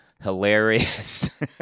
hilarious